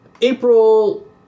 April